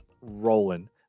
rolling